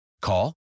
Call